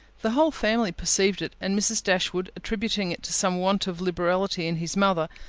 the whole family perceived it, and mrs. dashwood, attributing it to some want of liberality in his mother,